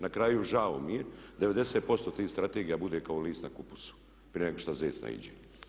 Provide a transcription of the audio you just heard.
Na kraju žao mi je 90% tih strategija bude kao list na kupusu prije nego što zec naiđe.